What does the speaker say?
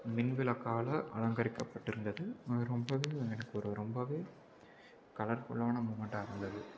மின் விளக்கால் அலங்கரிக்கப்பட்டு இருந்தது அது ரொம்பவே எனக்கு ஒரு ரொம்பவே கலர்ஃபுல்லான மூமண்ட்டாக இருந்தது